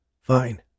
Fine